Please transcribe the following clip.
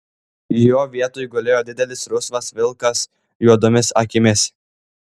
jo vietoj gulėjo didelis rusvas vilkas juodomis akimis